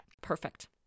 Perfect